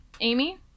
Amy